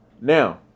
Now